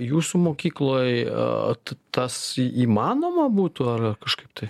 jūsų mokykloj a tas įmanoma būtų ar kažkaip tai